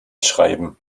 schreiben